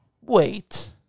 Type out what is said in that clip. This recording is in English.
Wait